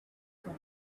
from